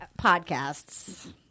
podcasts